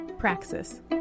Praxis